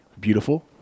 beautiful